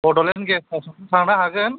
Bodoland guest हाउसआवबो थानो हागोन